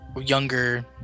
younger